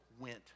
went